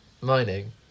Mining